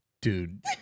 Dude